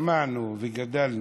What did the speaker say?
שמענו וגדלנו,